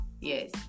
yes